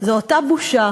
זה אותה בושה